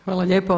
Hvala lijepa.